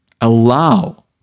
Allow